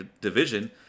division